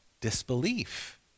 disbelief